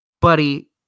buddy